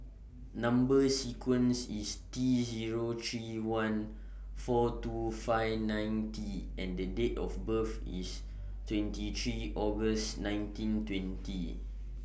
Number sequence IS T Zero three one four two five nine T and The Date of birth IS twenty three August nineteen twenty